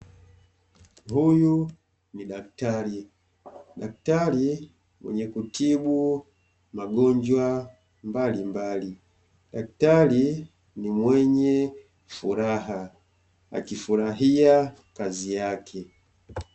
Huyu ni daktari, daktari mwenye kutibu magonjwa mbalimbali, daktari ni mwenye furaha akifurahia kazi yake.